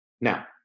Now